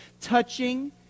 touching